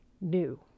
new